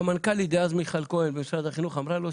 והמנכ"לית דאז מיכל כהן ממשרד החינוך אמרה לו,